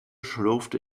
schlurfte